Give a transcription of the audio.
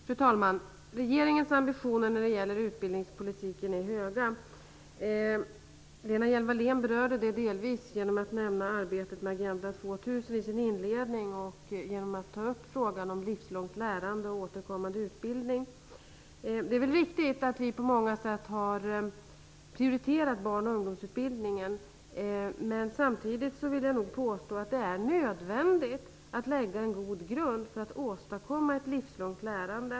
Fru talman! Regeringens ambitioner är höga när det gäller utbildningspolitiken. Lena Hjelm-Wallén berörde det delvis genom att nämna arbetet med Agenda 2000 i sin inledning och genom att ta upp frågan om livslångt lärande och återkommande utbildning. Det är väl riktigt att vi på många sätt har prioriterat barn och ungdomsutbildningen. Samtidigt vill jag nog påstå att det är nödvändigt att lägga en god grund för att åstadkomma ett livslångt lärande.